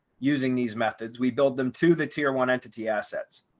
using these methods, we build them to the tier one entity assets.